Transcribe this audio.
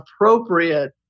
appropriate